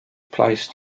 placed